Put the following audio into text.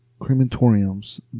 crematoriums